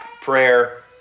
Prayer